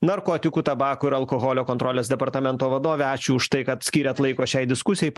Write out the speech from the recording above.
narkotikų tabako ir alkoholio kontrolės departamento vadovė ačiū už tai kad skyrėt laiko šiai diskusijai